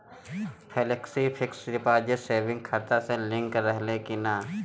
Flexi fix deposit saving खाता से link रहले कि ना?